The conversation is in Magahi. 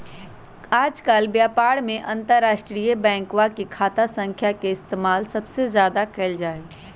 आजकल व्यापार में अंतर्राष्ट्रीय बैंकवा के खाता संख्या के इस्तेमाल सबसे ज्यादा कइल जाहई